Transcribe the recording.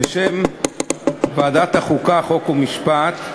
בשם ועדת החוקה, חוק ומשפט,